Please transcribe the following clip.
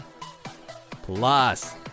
Plus